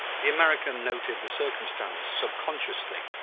the american noted the circumstance subconsciously,